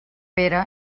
pere